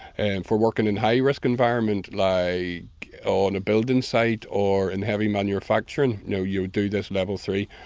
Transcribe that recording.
and for working in high risk environments like on a building site or in heavy manufacturing, now you'll do this level three,